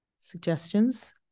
suggestions